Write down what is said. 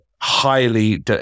highly